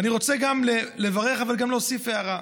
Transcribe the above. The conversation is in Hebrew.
אני רוצה לברך, אבל גם להוסיף הערה.